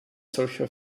solcher